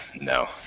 no